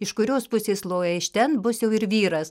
iš kurios pusės loja iš ten bus jau ir vyras